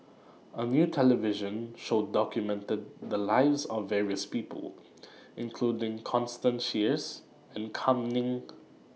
A New television Show documented The Lives of various People including Constance Sheares and Kam Ning